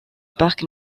parc